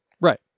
Right